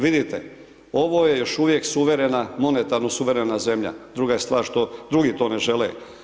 Vidite, ovo je još uvijek suverena, monetarno suverena zemlja, druga je stvar što drugi to ne žele.